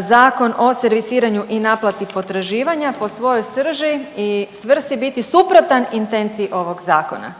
Zakon o servisiranju i naplati potraživanja, po svojoj srži i svrsi biti suprotan intenciji ovog zakona